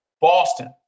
Boston